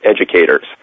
educators